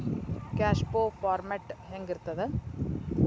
Cash flow format ಹೆಂಗಿರ್ತದ?